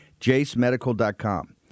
JaceMedical.com